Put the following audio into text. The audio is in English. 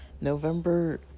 November